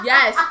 Yes